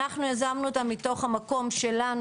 אנחנו יזמנו אתה מתוך המקום שלנו,